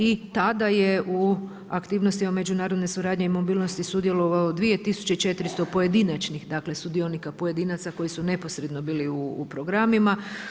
I tad je u aktivnostima međunarodne suradnje i mobilnosti sudjelovalo 2.400 pojedinačnih sudionika pojedinaca koji su neposredno bili u programima.